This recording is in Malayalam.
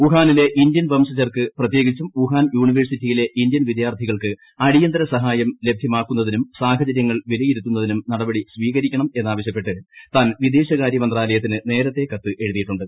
വുഹാനിലെ ഇന്ത്യൻ വംശജർക്ക് പ്രത്യേകിച്ചും ഷൂഹാൻ യൂണിവേഴ്സിറ്റിയിലെ ഇന്ത്യൻ വിദ്യാർത്ഥികൾക്ക് അടിയ്ത്ത്ർ സഹായം ലഭ്യമാക്കുന്നതിനും സാഹചര്യങ്ങൾ നടപടി സ്വീകരിക്കണമെന്നാവശൃപ്പെട്ട് താൻ വിദേശകാര്യ മന്ത്രാലയത്തിന് നേരത്തെ കത്ത് എഴുതിയിട്ടുണ്ട്